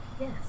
Yes